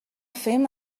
fem